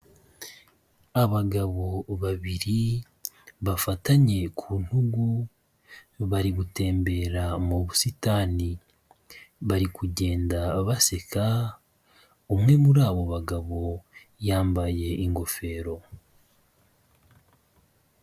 Abagabo babiri bafatanye ku ntugu, bari gutembera mu busitani, bari kugenda baseka, umwe muri abo bagabo yambaye ingofero.